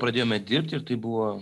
pradėjome dirbti ir tai buvo